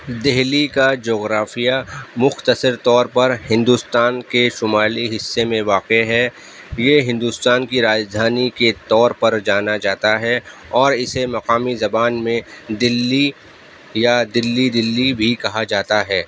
دہلی کا جغرافیہ مختصر طور پر ہندوستان کے شمالی حصے میں واقع ہے یہ ہندوستان کی راجدھانی کے طور پر جانا جاتا ہے اور اسے مقامی زبان میں دلی یا دلی دلی بھی کہا جاتا ہے